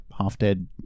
half-dead